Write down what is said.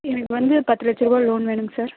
எனக்கு வந்து பத்து லட்சம் ரூபா லோன் வேணுங்க சார்